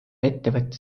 ettevõtte